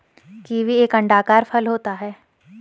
kiwi एक अंडाकार फल होता है